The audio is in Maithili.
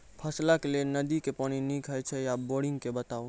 फसलक लेल नदी के पानि नीक हे छै या बोरिंग के बताऊ?